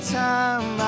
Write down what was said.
time